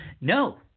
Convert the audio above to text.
No